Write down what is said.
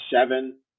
seven